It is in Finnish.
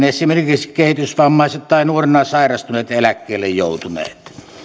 esimerkiksi kehitysvammaiset tai nuorena sairastuneet ja eläkkeelle joutuneet